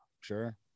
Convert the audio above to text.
Sure